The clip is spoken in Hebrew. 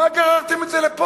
מה גררתם את זה לפה?